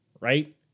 right